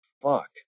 fuck